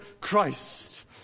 christ